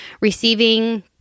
receiving